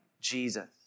Jesus